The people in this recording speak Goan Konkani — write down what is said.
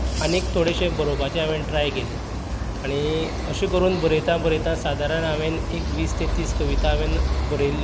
आनीक थोडेशें बरोवपाचें हांवेन ट्राय केलें आनी अशें करून बरयतां बरयतां सादारण हांवेन एक वीस तें तीस कविता हांवेन बरयिल्ल्यो